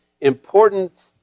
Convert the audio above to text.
important